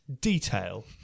detail